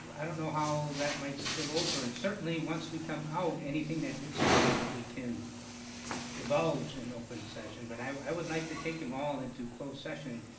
i don't know how that might spill over and certainly once we come out, anything that did spill over, we can divulge in open session, but i would like to take them all into closed session,